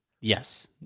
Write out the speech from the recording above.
Yes